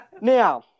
Now